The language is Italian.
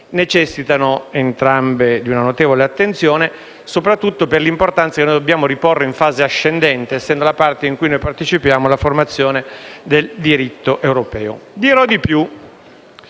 necessitano di una notevole attenzione, soprattutto per l'importanza che noi dobbiamo riporre in fase ascendente, essendo la parte in cui noi partecipiamo, alla formazione del diritto europeo. Dirò di più: